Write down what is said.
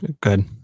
good